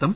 ത്തം